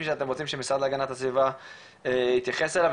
שאתם רוצים שהמשרד להגנת הסביבה יתייחס אליו,